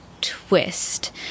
twist